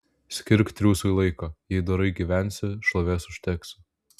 skirk triūsui laiką jei dorai gyvensi šlovės užteksi